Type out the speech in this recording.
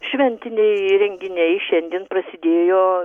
šventiniai renginiai šiandien prasidėjo